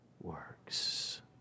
works